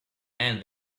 and